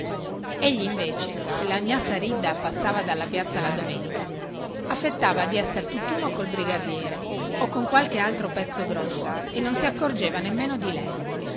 egli invece se la gnà saridda passava dalla piazza la domenica affettava di esser tuttuno col brigadiere o con qualche altro pezzo grosso e non si accorgeva nemmeno di lei